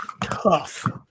tough